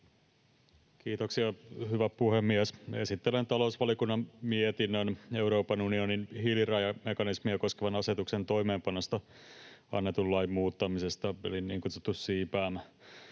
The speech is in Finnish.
Kiitoksia, hyvä puhemies! Esittelen talousvaliokunnan mietinnön Euroopan unionin hiilirajamekanismia koskevan asetuksen toimeenpanosta annetun lain muuttamisesta eli niin kutsutun CBAMin.